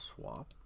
swap